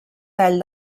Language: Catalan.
tall